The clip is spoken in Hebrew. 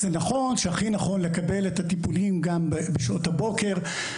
זה נכון שהכי נכון לקבל את הטיפולים גם בשעות הבוקר.